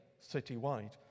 citywide